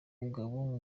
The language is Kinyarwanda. mugabo